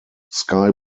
sky